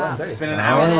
it's been an hour-long